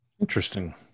Interesting